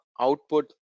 output